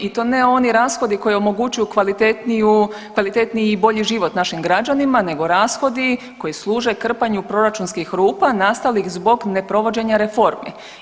I to ne oni rashodi koji omogućuju kvalitetniju, kvalitetniji i bolji život našim građanima nego rashodi koji služe krpanju proračunskih rupa nastalih zbog neprovođenja reformi.